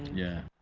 yeah.